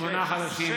שמונה חודשים,